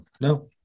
no